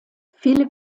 viele